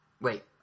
wait